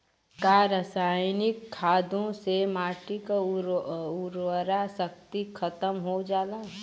का रसायनिक खादों से माटी क उर्वरा शक्ति खतम हो जाला?